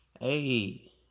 Hey